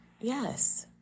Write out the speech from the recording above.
yes